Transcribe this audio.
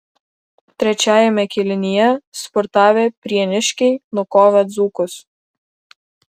trečiajame kėlinyje spurtavę prieniškiai nukovė dzūkus